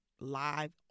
live